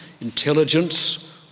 intelligence